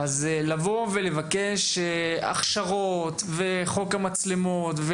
אז לבוא ולבקש הכשרות וחוק המצלמות,